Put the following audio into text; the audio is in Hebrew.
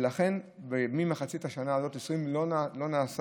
ולכן מאמצע השנה הזאת זה לא נעשה,